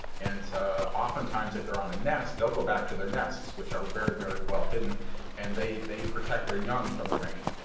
and oftentimes if they're on a nest they'll go back to their nests which are very, very well hidden and they they protect their young from the rain.